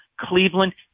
Cleveland